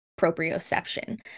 proprioception